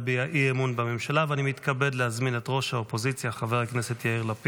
מאת חבר הכנסת אלון שוסטר,